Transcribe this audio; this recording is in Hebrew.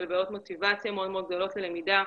בעיות מוטיבציה מאוד גדולות של למידה.